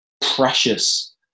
precious